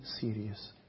serious